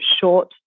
short